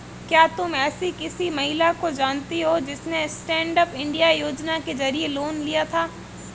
क्या तुम एसी किसी महिला को जानती हो जिसने स्टैन्डअप इंडिया योजना के जरिए लोन लिया था?